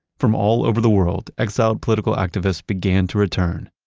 from all over the world, exiled political activists began to return.